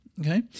okay